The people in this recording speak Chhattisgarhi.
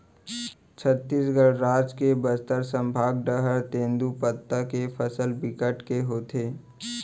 छत्तीसगढ़ राज के बस्तर संभाग डहर तेंदूपत्ता के फसल बिकट के होथे